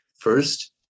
First